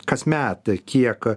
kasmet kiek